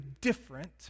different